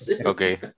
Okay